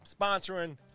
sponsoring